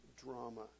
drama